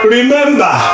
Remember